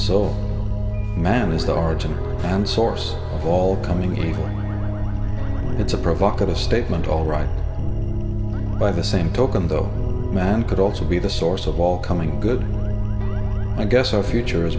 so man is the origin and source of all coming evil it's a provocative statement all right by the same token though man could also be the source of all coming good i guess our future